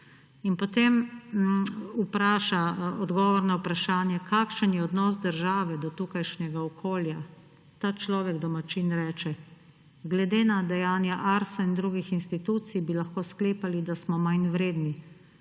Potem vpraša. Odgovor na vprašanje, kakšen je odnos države do tukajšnjega okolja. Ta človek, domačin reče: »Glede na dejanja Arsa in drugih institucij bi lahko sklepali, da smo manj vredni.